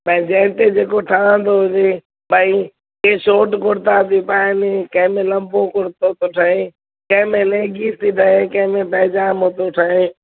भई जंहिं ते जेको ठहंदो हुजे भई के शॉट कुर्ता थियूं पाइनि कंहिं में लंबो कुर्तो थो ठहे कंहिं में लेगीज़ थी ठहे कंहिं में पैजामो थो ठहे